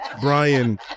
Brian